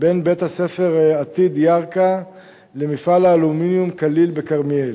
בין בית-הספר "עתיד" בירכא למפעל האלומיניום "קליל" בכרמיאל.